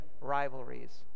rivalries